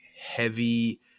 heavy